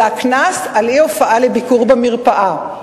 זה הקנס על אי-הופעה לביקור במרפאה.